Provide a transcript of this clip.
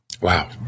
Wow